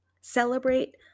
Celebrate